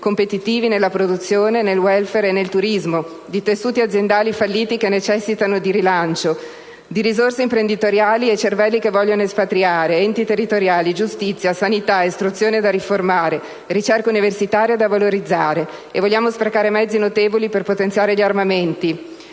competitivi nella produzione, nel *welfare* e nel turismo, di tessuti aziendali falliti che necessitano di rilancio, di risorse imprenditoriali e cervelli che vogliono espatriare, enti territoriali, giustizia, sanità e istruzione da riformare, ricerca universitaria da valorizzare. E vogliamo sprecare mezzi notevoli per potenziare gli armamenti?